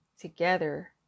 Together